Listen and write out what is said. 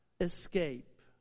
escape